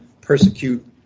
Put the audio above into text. persecute